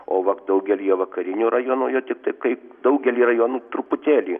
o vak daugelyje vakarinių rajonų jau tiktai kaip daugelyje rajonų truputėlį